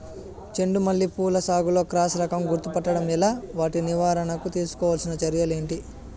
చెండు మల్లి పూల సాగులో క్రాస్ రకం గుర్తుపట్టడం ఎలా? వాటి నివారణకు తీసుకోవాల్సిన చర్యలు ఏంటి?